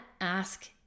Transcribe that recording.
ask